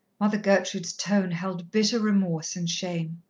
mother gertrude's tone held bitter remorse and shame.